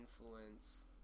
influence